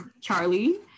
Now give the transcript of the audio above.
Charlie